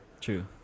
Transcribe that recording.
True